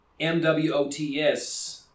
MWOTS